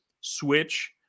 switch